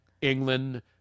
England